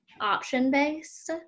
option-based